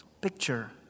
Picture